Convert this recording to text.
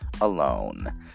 alone